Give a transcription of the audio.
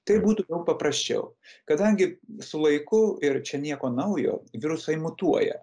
tai būtų paprasčiau kadangi su laiku ir čia nieko naujo virusai mutuoja